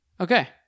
okay